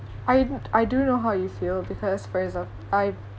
I kn~ I do know how you feel because for exam~ I